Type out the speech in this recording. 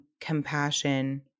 compassion